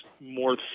more